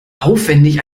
aufwendig